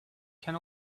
can